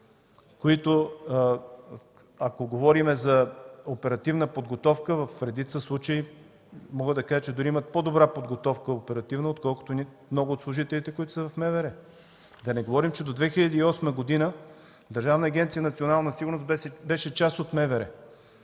които, ако говорим за оперативна подготовка, в редица случаи мога да кажа, че дори имат по-добра оперативна подготовка, отколкото много от служителите, които са в МВР. Да не говорим, че до 2008 г. Държавна агенция